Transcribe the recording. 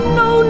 no